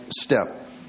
step